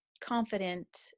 confident